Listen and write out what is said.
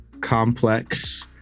complex